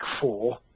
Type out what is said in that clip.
four